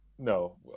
No